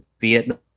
Vietnam